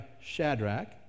Shadrach